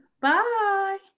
Bye